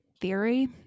theory